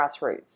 grassroots